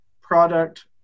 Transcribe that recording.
product